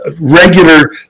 regular